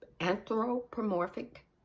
anthropomorphic